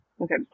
Okay